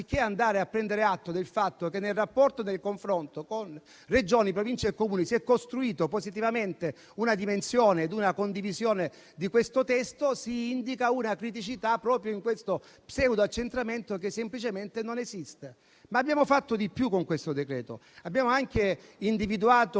anziché prendere atto del fatto che, nel confronto con Regioni, Province e Comuni, si è costruita positivamente una dimensione ed una condivisione di questo testo, si indica una criticità proprio in questo pseudo-accentramento che semplicemente non esiste. Abbiamo fatto di più con questo decreto: abbiamo anche individuato